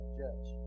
judge